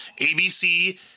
ABC